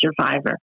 survivor